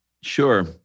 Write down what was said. Sure